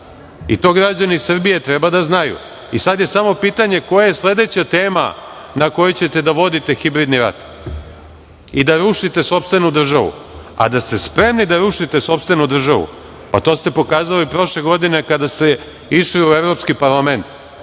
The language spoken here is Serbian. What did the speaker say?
i to građani Srbije treba da znaju. Sada je samo pitanje koja je sledeća tema na kojoj ćete da vodite hibridni rat i da rušite sopstvenu državu.A da se spremni da rušite sopstvenu državu, pa to ste pokazali prošle godine kada ste išli u Evropski parlament.